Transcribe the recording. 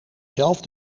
zelf